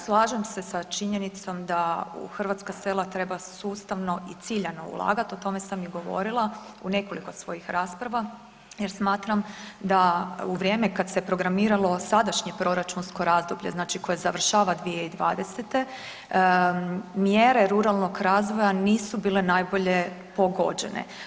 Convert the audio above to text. Slažem se sa činjenicom da u hrvatska sela treba sustavno i ciljano ulagat, o tome sam i govorila u nekoliko svojih rasprava jer smatram da u vrijeme kada se programiralo sadašnje proračunsko razdoblje koje završava 2020. mjere ruralnog razvoja nisu bile najbolje pogođene.